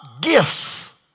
gifts